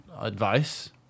advice